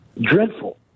Dreadful